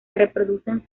reproducen